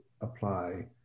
apply